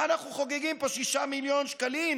מה אנחנו חוגגים פה, 6 מיליון שקלים,